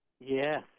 Yes